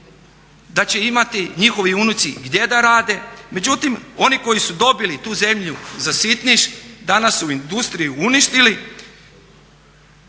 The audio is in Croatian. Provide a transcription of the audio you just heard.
da će imati njihovi unuci gdje da rade. Međutim, oni koji su dobili tu zemlju za sitniš danas su industriju uništili,